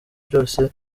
byose